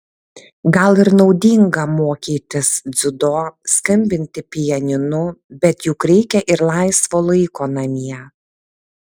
gal ir naudinga mokytis dziudo skambinti pianinu bet juk reikia ir laisvo laiko namie